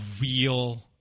real